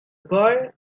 boy